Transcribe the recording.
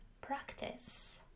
practice